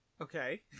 Okay